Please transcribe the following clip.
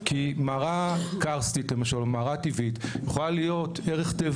כי מערה קרסטית למשל או מערה טבעית יכולה להיות ערך טבע